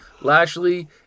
Lashley